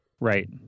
Right